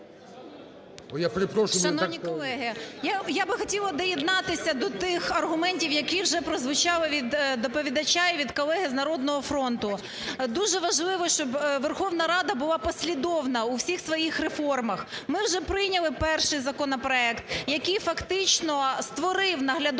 Шановні колеги! Я би хотіла доєднатися до тих аргументів, які вже прозвучали від доповідача і від колеги з "Народного фронту". Дуже важливо, щоб Верховна Рада була послідовна у всіх своїх реформах. Ми вже прийняли перший законопроект, який фактично створив наглядові